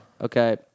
okay